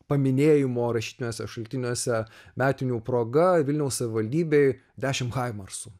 paminėjimo rašytiniuose šaltiniuose metinių proga vilniaus savivaldybei dešim haimarsų